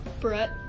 Brett